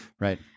Right